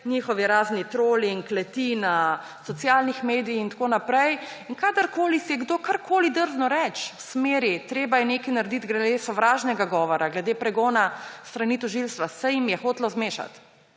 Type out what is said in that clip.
njihovi razni troli in kleti na socialnih medijih in tako naprej. Kadarkoli si je kdo karkoli drznil reči v smeri, treba je nekaj narediti glede sovražnega govora, glede pregona s strani tožilstva, se jim je hotelo zmešati